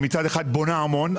שמצד אחד בונה המון,